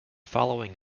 following